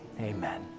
amen